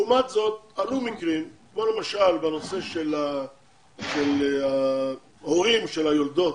לעומת זאת עלו מקרים כמו למשל בנושא של ההורים של היולדות,